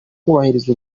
kubahiriza